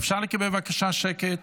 אפשר לקבל בבקשה שקט?